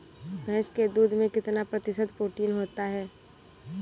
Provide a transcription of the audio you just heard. भैंस के दूध में कितना प्रतिशत प्रोटीन होता है?